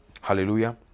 Hallelujah